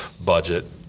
budget